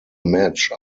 match